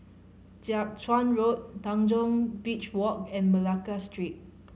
Jiak Chuan Road Tanjong Beach Walk and Malacca Street